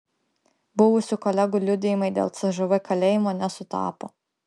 buvusių kolegų liudijimai dėl cžv kalėjimo nesutapo